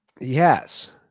Yes